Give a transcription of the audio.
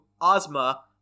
Ozma